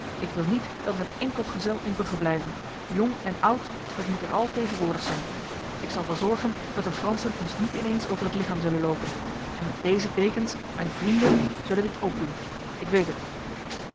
ik wil niet dat er een enkel gezel in brugge blijve jong en oud het moet er al tegenwoordig zijn ik zal wel zorgen dat de fransen ons niet ineens over het lichaam zullen lopen en deze dekens mijn vrienden zullen dit ook doen ik weet het